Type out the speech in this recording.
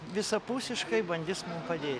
visapusiškai bandys padėti